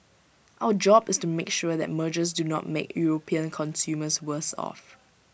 our job is to make sure that mergers do not make european consumers worse off